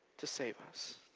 to save us.